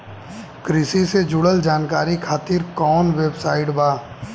कृषि से जुड़ल जानकारी खातिर कोवन वेबसाइट बा?